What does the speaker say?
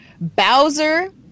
Bowser